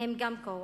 הם גם כוח.